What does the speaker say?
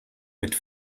mit